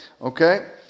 Okay